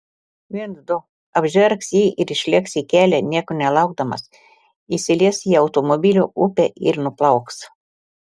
viens du apžergs jį ir išlėks į kelią nieko nelaukdamas įsilies į automobilių upę ir nuplauks